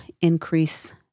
increase